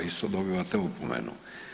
Isto dobivate opomenu.